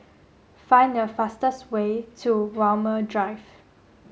find the fastest way to Walmer Drive